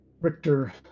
Richter